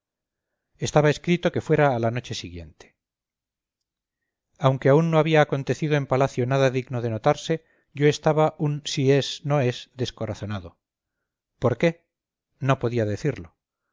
estaba escrito que fuera a la noche siguiente aunque aún no me había acontecido en palacio nada digno de notarse yo estaba un si es no es descorazonado por qué no podía decirlo